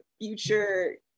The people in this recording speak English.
future